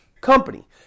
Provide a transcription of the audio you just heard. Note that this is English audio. company